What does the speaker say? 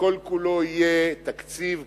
וכל-כולו יהיה תקציב כנוע,